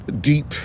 deep